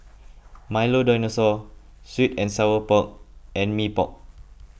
Milo Dinosaur Sweet and Sour Pork and Mee Pok